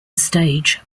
stage